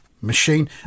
Machine